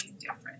different